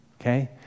okay